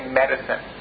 medicine